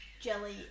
Jelly